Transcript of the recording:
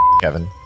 Kevin